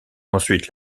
ensuite